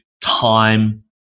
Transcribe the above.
time